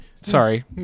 sorry